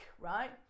right